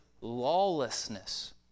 lawlessness